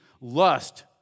lust